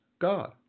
God